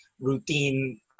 routine